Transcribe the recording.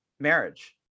marriage